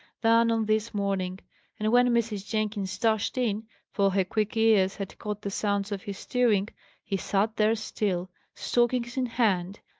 than on this morning and when mrs. jenkins dashed in for her quick ears had caught the sounds of his stirring he sat there still, stockings in hand,